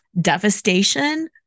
devastation